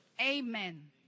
Amen